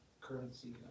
Currency